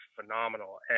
phenomenal